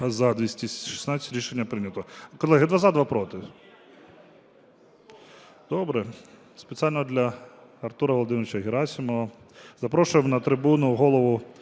За-216 Рішення прийнято. Колеги, два – за, два – проти. Добре. Спеціально для Артура Володимировича Герасимова запрошуємо на трибуну голову